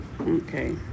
Okay